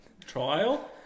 trial